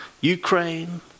Ukraine